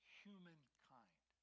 humankind